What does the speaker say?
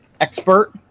expert